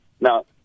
Now